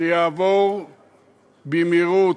שיעבור במהירות,